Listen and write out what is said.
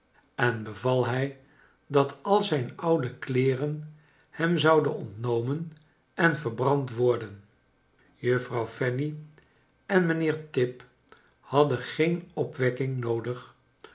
en beval hij dat al zijn oude kleeren hem zouden ontnomen en verbrand worden juffrouw fanny en mijnheer tip hadden geen opwekking noodig